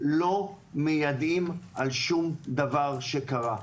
לא מיידעים על שום דבר שקרה.